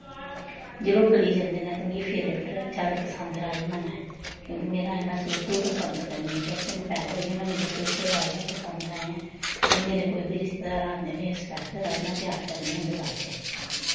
जेल्लै ओह् गली जंदे न ते फिर मिगी ज्यादा पसंद राजमां न क्योंकि में राजमां सबतू पसंद करनी जब से में पैदी हुई हो तो मुझे शुरू तू राजमा ही पसंद आए हैं क्यों मेरे कोई बी रिश्तेदार आंदे में स्पैशल राजमा त्यार करनी उं'दे बास्तै